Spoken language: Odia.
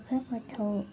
ପାଠ